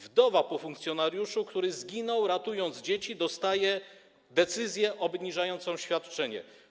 Wdowa po funkcjonariuszu, który zginął, ratując dzieci, dostaje decyzję obniżającą świadczenie.